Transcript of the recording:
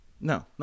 No